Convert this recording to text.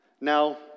Now